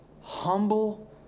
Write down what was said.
humble